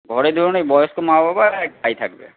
ঘরে ধরুন ঐ বয়স্ক মা বাবা এক ভাই থাকবে